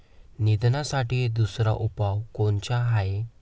निंदनासाठी दुसरा उपाव कोनचा हाये?